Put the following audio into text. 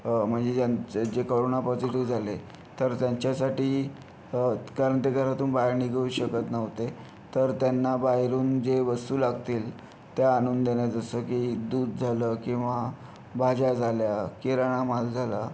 म्हणजे ज्यांचं जे कोरोना पॉजिटिव झाले तर त्यांच्यासाठी कारण ते घरातून बाहेर निघू शकत नव्हते तर त्यांना बाहेरून जे वस्तू लागतील त्या आणून देणं जसं की दूध झालं किंवा भाज्या झाल्या किराणा माल झाला